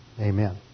Amen